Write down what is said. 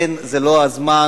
אין, זה לא הזמן.